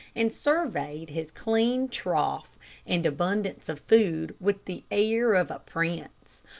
and surveyed his clean trough and abundance of food with the air of a prince.